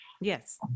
yes